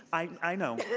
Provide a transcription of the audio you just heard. i know.